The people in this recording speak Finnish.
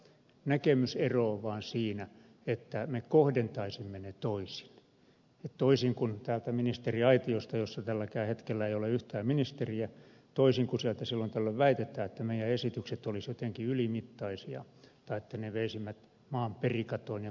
näkemysero on vain siinä että me kohdentaisimme ne toisin toisin kuin ministeriaitiosta jossa tälläkään hetkellä ei ole yhtään ministeriä silloin tällöin väitetään että meidän esityksemme olisivat jotenkin ylimittaisia tai että me veisimme maan perikatoon ja konkurssiin